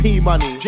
P-Money